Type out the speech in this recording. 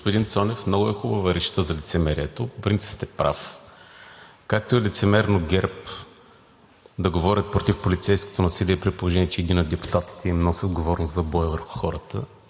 Господин Цонев, много е хубава речта за лицемерието. По принцип сте прав. Както е лицемерно от ГЕРБ да говорят против полицейското насилие, при положение че един от депутатите им носи отговорност за боя върху хората